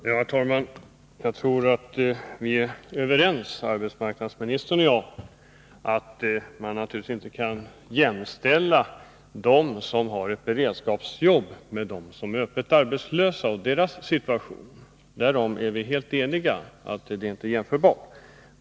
Herr talman! Jag tror att vi är överens, arbetsmarknadsministern och jag, om att man naturligtvis inte kan jämställa dem som har ett beredskapsjobb med dem som är öppet arbetslösa. Deras situation är olika, därom är vi helt eniga. Det är inte jämförbart.